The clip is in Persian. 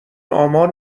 آمار